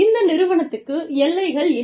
இந்த நிறுவனத்துக்கு எல்லைகள் இல்லை